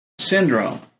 Syndrome